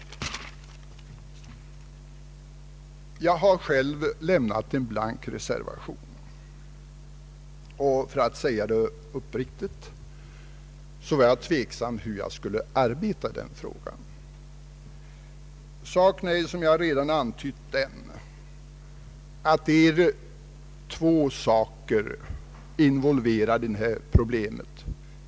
Jag har själv avlämnat en blank reservation och — för att säga det uppriktigt — jag var tveksam om hur jag skulle agera i denna fråga. Som jag redan har antytt är två saker involverade i detta problem.